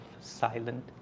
silent